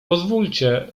pozwólcie